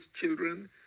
children